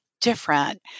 different